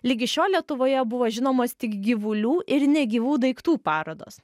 ligi šiol lietuvoje buvo žinomos tik gyvulių ir negyvų daiktų parodos